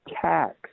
tax